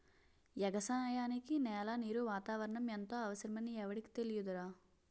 ఎగసాయానికి నేల, నీరు, వాతావరణం ఎంతో అవసరమని ఎవుడికి తెలియదురా